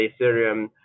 Ethereum